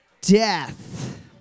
death